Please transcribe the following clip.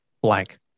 blank